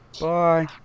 Bye